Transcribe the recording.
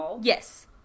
Yes